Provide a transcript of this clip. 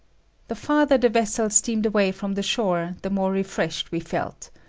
the farther the vessel steamed away from the shore, the more refreshed we felt.